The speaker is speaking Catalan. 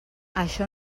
això